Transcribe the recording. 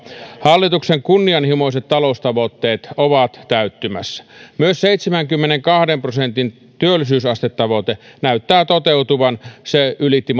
hallituksen kunnianhimoiset taloustavoitteet ovat täyttymässä myös seitsemänkymmenenkahden prosentin työllisyysastetavoite näyttää toteutuvan se ylitti